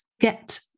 Get